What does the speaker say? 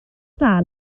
dda